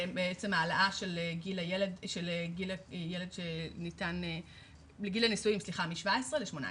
בעצם העלאה של גיל הנישואין מ-17 ל-18.